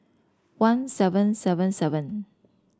one seven seven seven